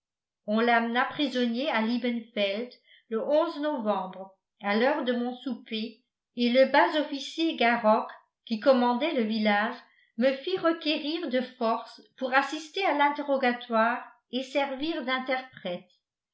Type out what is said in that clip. on l'amena prisonnier à liebenfeld le novembre à l'heure de mon souper et le bas officier garok qui commandait le village me fit requérir de force pour assister à l'interrogatoire et servir d'interprète